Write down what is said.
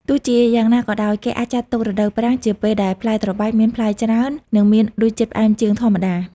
ទោះជាយ៉ាងណាក៏ដោយ គេអាចចាត់ទុក រដូវប្រាំង ជាពេលដែលផ្លែត្របែកមានផ្លែច្រើន និងមានរសជាតិផ្អែមជាងធម្មតា។